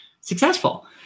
successful